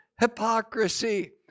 hypocrisy